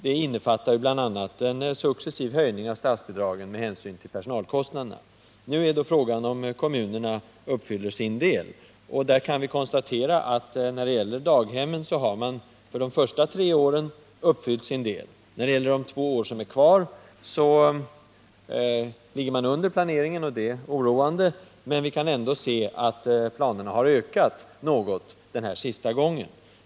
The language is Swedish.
Det innefattar också bl.a. en successiv höjning av statsbidragen med hänsyn till personalkostnaderna. Frågan är då om kommunerna uppfyller sin del. Vi kan konstatera att när det gäller daghemmen har man för de första tre åren uppfyllt sin del. När det gäller de två år som är kvar ligger man under planeringen, och det är oroande. Vi kan ändå se att utbyggnaden enligt planerna har ökat något på sista tiden.